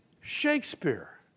Shakespeare